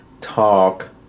talk